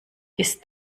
ist